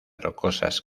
rocosas